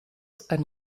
ein